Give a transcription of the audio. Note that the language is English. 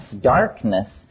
darkness